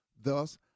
Thus